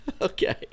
Okay